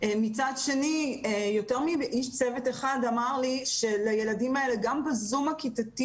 מצד שני יותר מאיש צוות אחד אמר לי שלילדים האלה גם בזום הכיתתי